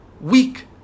weak